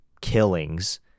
killings